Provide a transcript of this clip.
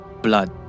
blood